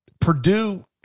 Purdue